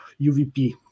UVP